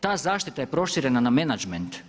Ta zaštita je proširena na menadžment.